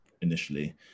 initially